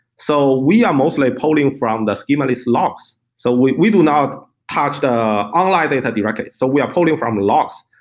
so we are mostly polling from the so schemaless locks. so we we do not touch the online data directly. so we are polling from locks.